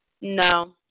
No